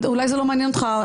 אולי זה לא מעניין אותך,